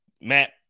Matt